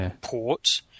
port